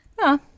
No